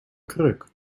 kruk